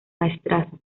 maestrazgo